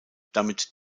damit